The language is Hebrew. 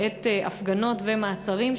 בעת הפגנות ומעצרים,